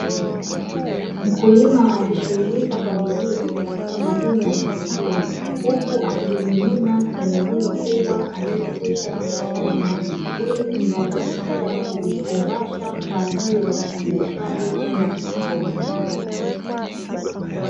Mkulima akishughulika kwa bidii katika mavuno ya vitunguu, huku akivimimina kwenye rundo kubwa alilokwisha kukusanya ili kumrahisishia kuvifungasha kwa ajili ya usafirishaji kwenda sokoni.